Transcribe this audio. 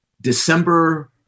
December